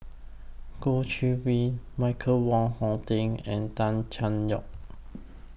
Goh Chiew Hui Michael Wong Hong Teng and Tan Cheng Lock